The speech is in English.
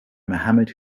mohammad